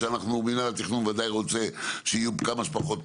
שמינהל התכנון ודאי רוצה שיהיו כמה שפחות תורים,